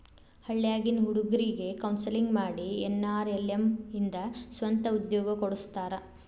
ಹಳ್ಳ್ಯಾಗಿನ್ ಹುಡುಗ್ರಿಗೆ ಕೋನ್ಸೆಲ್ಲಿಂಗ್ ಮಾಡಿ ಎನ್.ಆರ್.ಎಲ್.ಎಂ ಇಂದ ಸ್ವಂತ ಉದ್ಯೋಗ ಕೊಡಸ್ತಾರ